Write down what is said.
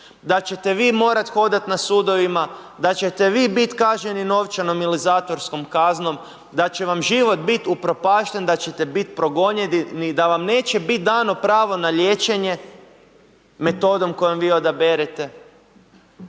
da ćete vi morat hodat na sudovima, da ćete vi bit kažnjeni novčanom ili zatvorskom kaznom, da će vam život bit upropašten, da ćete bit progonjeni i da vam neće biti dano pravo na liječenje metodom kojom vi odaberete.